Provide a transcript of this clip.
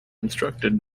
instructed